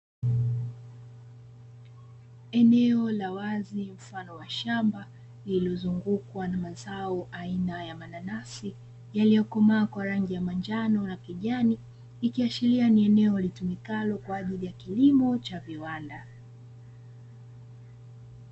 Eneo la wazi mfano wa shamba lililozungukwa na mazao aina ya mananasi, yaliyokomaa kwa rangi ya manjano na kijani, ikiashiria ni eneo litumikalo kwaajili ya kilimo cha viwanda.